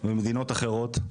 ומדינות אחרות.